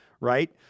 right